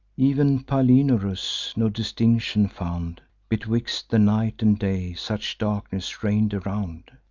ev'n palinurus no distinction found betwixt the night and day such darkness reign'd around.